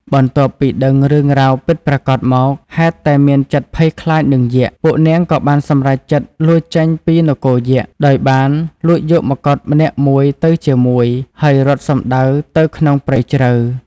បន្ទាប់ពីដឹងរឿងរ៉ាវពិតប្រាកដមក ហេតុតែមានចិត្តភ័យខ្លាចនឹងយក្ស ពួកនាងក៏បានសម្រេចចិត្តលួចចេញពីនគរយក្ខ ដោយបានលួចយកម្កុដម្នាក់មួយទៅជាមួយ ហើយរត់សំដៅទៅក្នុងព្រៃជ្រៅ។